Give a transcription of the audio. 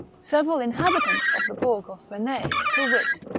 several inhabitants of the bourg of fresnay, to wit,